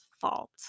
fault